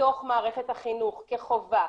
לתוך מערכת החינוך כחובה,